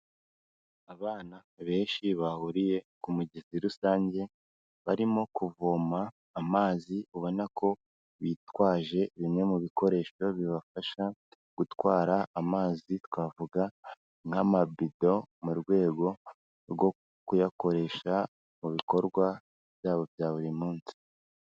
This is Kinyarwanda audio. Abana benshi bahuriye ku mugezi rusange, barimo kuvoma amazi, ubona ko bitwaje bimwe mu bikoresho bibafasha gutwara amazi, twavuga nk'amabido mu rwego rwo kuyakoresha mu bikorwa byabo bya buri munsi.